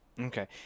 Okay